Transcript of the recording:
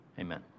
amen